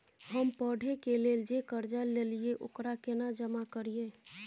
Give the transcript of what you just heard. हम पढ़े के लेल जे कर्जा ललिये ओकरा केना जमा करिए?